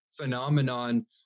phenomenon